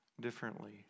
differently